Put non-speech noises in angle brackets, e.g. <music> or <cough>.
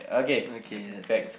<noise> okay that's good